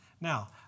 Now